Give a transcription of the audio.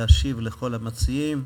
להשיב לכל המציעים.